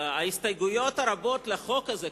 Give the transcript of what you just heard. ההסתייגויות הרבות לחוק הזה,